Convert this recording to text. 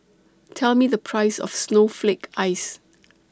Tell Me The Price of Snowflake Ice